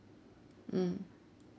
mm